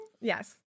Yes